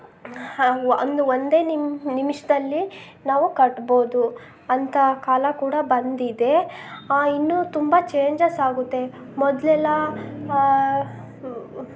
ಅಂದು ಒಂದೇ ನಿಮ್ ನಿಮ್ಷದಲ್ಲಿ ನಾವು ಕಟ್ಬೋದು ಅಂಥ ಕಾಲ ಕೂಡ ಬಂದಿದೆ ಆ ಇನ್ನೂ ತುಂಬ ಚೇಂಜಸ್ ಆಗುತ್ತೆ ಮೊದಲೆಲ್ಲ